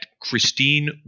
Christine